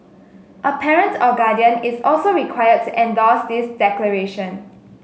a parent or guardian is also requires endorse this declaration